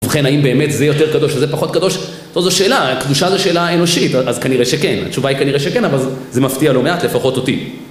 ובכן האם באמת זה יותר קדוש וזה פחות קדוש, זאת השאלה, קדושה זו שאלה אנושית, אז כנראה שכן, התשובה היא כנראה שכן, אבל זה מפתיע לא מעט, לפחות אותי.